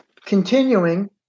Continuing